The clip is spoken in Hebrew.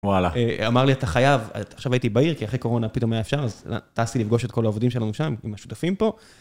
וואלה. אמר לי, אתה חייב, עכשיו הייתי בעיר, כי אחרי קורונה פתאום היה אפשר, אז טסתי לפגוש את כל העובדים שלנו שם, עם השותפים פה.